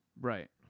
Right